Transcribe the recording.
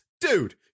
dude